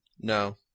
No